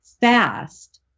fast